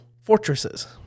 fortresses